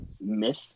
myth